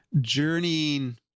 journeying